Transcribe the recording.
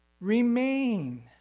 Remain